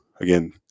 again